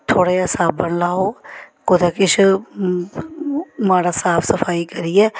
थोह्ड़ा जेहा साबन लाओ कुदै किश माड़ा साफ सफाई करियै